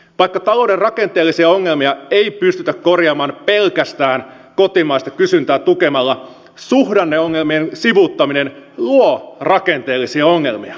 vaikka talouden rakenteellisia ongelmia ei pystytä korjaamaan pelkästään kotimaista kysyntää tukemalla suhdanneongelmien sivuuttaminen luo rakenteellisia ongelmia